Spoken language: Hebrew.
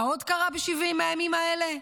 מה עוד קרה ב-70 הימים האלה?